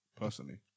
personally